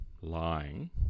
lying